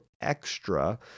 extra